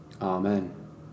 Amen